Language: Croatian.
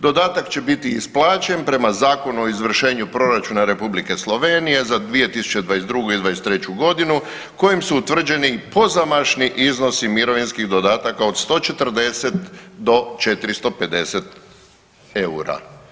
Dodatak će biti isplaćen prema Zakonu o izvršenju proračuna Republike Slovenije za 2022. i '23.g. kojim su utvrđeni pozamašni iznosi mirovinskih dodataka od 140 do 450 eura.